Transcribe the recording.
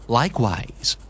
likewise